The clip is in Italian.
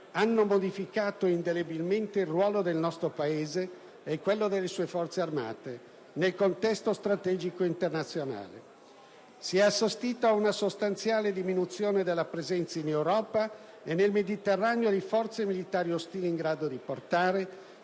hanno modificato indelebilmente il ruolo del nostro Paese - e quello delle sue Forze armate - nel contesto strategico internazionale. Si è assistito ad una sostanziale diminuzione della presenza in Europa e nel Mediterraneo di forze militari ostili, in grado di portare